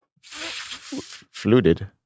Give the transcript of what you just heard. Fluted